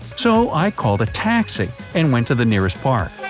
so i called a taxi and went to the nearest park.